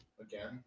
again